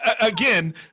Again